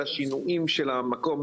שזה מונע את כל השינועים של המקום,